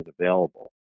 available